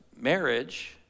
marriage